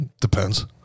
Depends